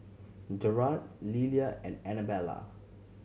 Jerad Lelia and Anabella